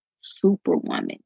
superwoman